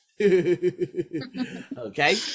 Okay